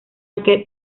aquel